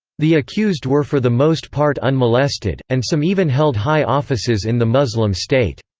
the accused were for the most part unmolested, and some even held high offices in the muslim state.